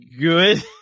good